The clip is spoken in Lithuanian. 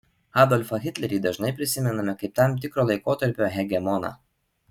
adolfą hitlerį dažnai prisimename kaip tam tikro laikotarpio hegemoną